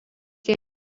jie